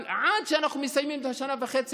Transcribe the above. אבל עד שאנחנו מסיימים את השנה וחצי,